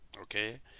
okay